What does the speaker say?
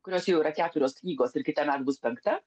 kurios jau yra keturios knygos ir kitąmet bus penkta